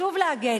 חשוב להגן.